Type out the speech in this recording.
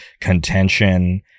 Contention